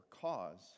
cause